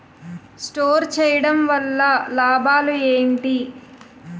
Store చేయడం వల్ల లాభాలు ఏంటి?